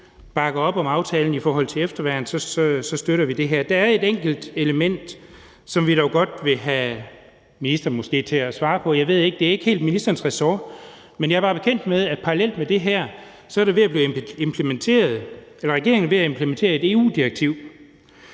bakker op om aftalen i forhold til efterværn, støtter vi det her. Der er et enkelt element, som vi dog måske godt vil have ministeren til at svare på. Det er ikke helt ministerens ressort, men jeg er bare bekendt med, at regeringen parallelt med det her er ved at implementere et EU-direktiv